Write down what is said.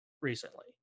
recently